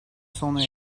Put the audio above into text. sona